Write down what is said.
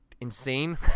insane